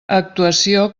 actuació